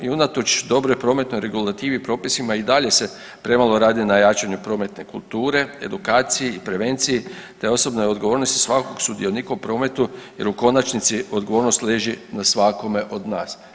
I unatoč dobroj prometnoj regulativi, propisima i dalje se premalo radi na jačanju prometne kulture, edukaciji i prevenciji, te osobnoj odgovornosti svakog sudionika u prometu jer u konačnici odgovornost leži na svakome od nas.